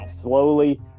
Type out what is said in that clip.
slowly